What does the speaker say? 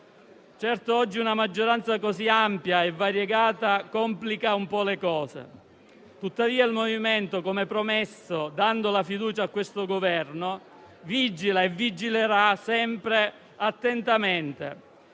Certo, oggi una maggioranza così ampia e variegata complica un po' le cose. Tuttavia, il MoVimento 5 Stelle, come promesso, dando la fiducia a questo Governo, vigila e vigilerà sempre attentamente